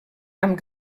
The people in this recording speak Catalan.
amb